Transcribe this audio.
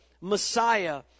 Messiah